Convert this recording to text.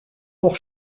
pour